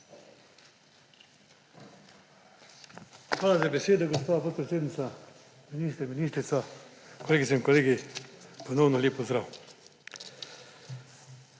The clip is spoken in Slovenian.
Hvala za besedo, gospa podpredsednica. Minister, ministrica, kolegice in kolegi ponovno lep pozdrav!